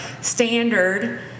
standard